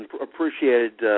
appreciated –